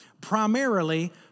Primarily